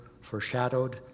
foreshadowed